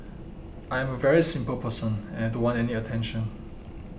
I am a very simple person and I don't want any attention